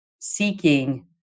seeking